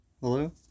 hello